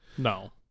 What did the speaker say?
No